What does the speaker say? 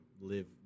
live